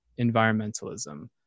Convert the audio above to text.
environmentalism